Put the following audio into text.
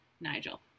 nigel